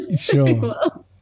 Sure